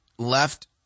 left